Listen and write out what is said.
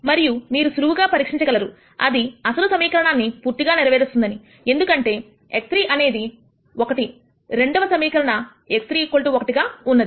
మరియు మీరు సులువుగా పరీక్షించి గలరు అది అసలు సమీకరణాన్ని పూర్తిగా నెరవేరుస్తుందని ఎందుకంటే x3 అనేది 1 రెండవ సమీకరణ x3 1 గా ఉన్నది